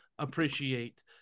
Appreciate